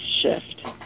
shift